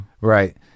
Right